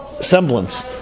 semblance